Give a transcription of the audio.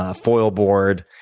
ah foil board,